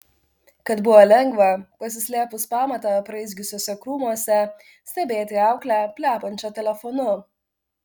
kad buvo lengva pasislėpus pamatą apraizgiusiuose krūmuose stebėti auklę plepančią telefonu